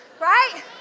right